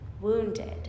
wounded